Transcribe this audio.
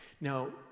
Now